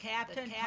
Captain